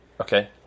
Okay